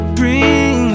bring